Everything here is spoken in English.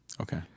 Okay